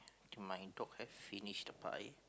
to my top left finish the pie